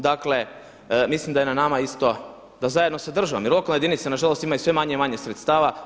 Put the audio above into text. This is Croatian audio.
Dakle, mislim da je na nama isto da zajedno sa državom i lokalne jedinice na žalost imaju sve manje i manje sredstava.